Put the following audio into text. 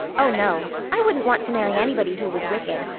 oh, no. i wouldn't want to marry anybody who was wicked,